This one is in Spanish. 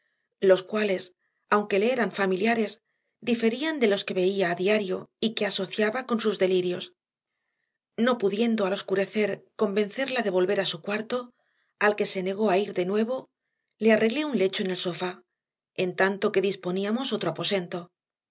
los cuales aunque le eran familiares diferían de los que veía a diario y que asociaba con sus delirios no pudiendo al oscurecer convencerla de volver a su cuarto al que se negó a ir de nuevo le arreglé un lecho en el sofá en tanto que disponíamos otro aposento